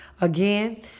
again